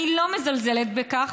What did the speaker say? אני לא מזלזלת בכך,